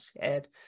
shared